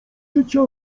życia